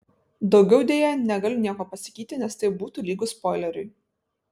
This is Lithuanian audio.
daugiau deja negaliu nieko pasakyti nes tai būtų lygu spoileriui